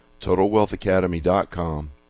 TotalWealthAcademy.com